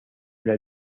una